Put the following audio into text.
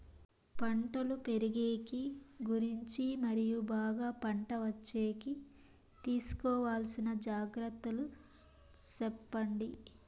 పంటలు పెరిగేకి గురించి మరియు బాగా పంట వచ్చేకి తీసుకోవాల్సిన జాగ్రత్త లు సెప్పండి?